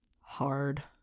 hard